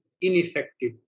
ineffective